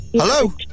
Hello